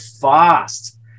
fast